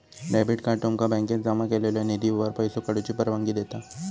debit card तुमका बँकेत जमा केलेल्यो निधीवर पैसो काढूची परवानगी देता